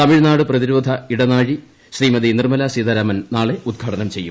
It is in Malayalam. തമിഴ്നാട് പ്രതിരോധ ഇടനാഴി ശ്രീമതി നിർമ്മല സീതാരാമൻ നാളെ ഉദ്ഘാടനം ചെയ്യും